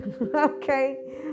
Okay